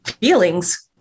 feelings